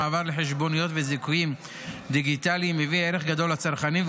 המעבר לחשבוניות ולזיכויים דיגיטליים מביא ערך גדול לצרכנים,